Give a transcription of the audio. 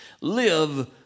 live